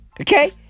okay